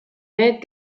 need